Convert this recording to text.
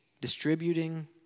distributing